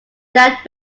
that